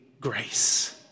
grace